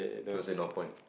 don't say no point